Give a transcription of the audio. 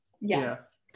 yes